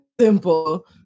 simple